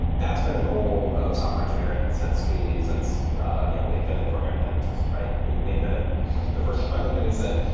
that's been a goal of software engineering since we since yeah we invented programming language, right? we we invented the fi rst one and then we said,